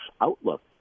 outlook